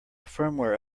firmware